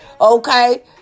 okay